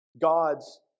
God's